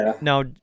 Now